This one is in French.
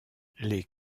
les